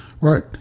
right